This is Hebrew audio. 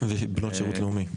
ובנות שירות לאומי.